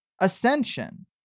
ascension